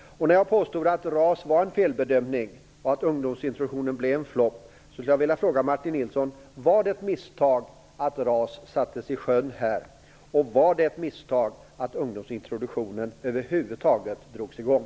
Jag påstod att RAS var en felbedömning och att ungdomsintroduktionen blev en flopp. Var det ett misstag, Martin Nilsson, att RAS sattes i sjön här? Var det ett misstag att ungdomsintroduktionen över huvud taget drogs i gång?